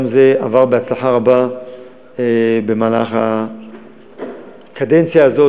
גם זה עבר בהצלחה רבה במהלך הקדנציה הזאת,